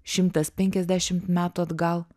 šimtas penkiasdešimt metų atgal